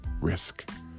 risk